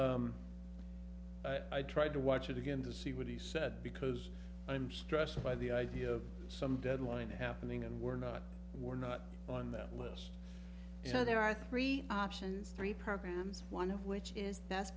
i tried to watch it again to see what he said because i'm stressed by the idea of some deadline happening and we're not we're not on that list so there are three options three programs one of which is th